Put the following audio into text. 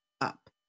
up